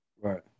Right